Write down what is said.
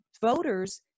voters